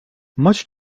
much